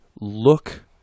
look